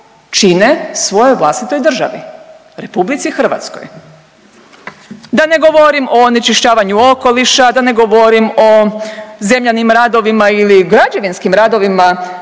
čine svojoj vlastitoj državi RH. Da ne govorim o onečišćavanju okoliša, da ne govorim o zemljanim radovima ili građevinskim radovima